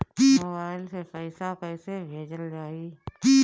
Mobile से पैसा कैसे भेजल जाइ?